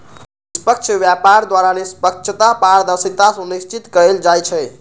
निष्पक्ष व्यापार द्वारा निष्पक्षता, पारदर्शिता सुनिश्चित कएल जाइ छइ